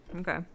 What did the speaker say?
Okay